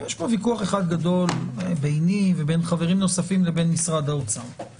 יש פה ויכוח גדול ביני ובין חברם אחרים לבין משרד האוצר .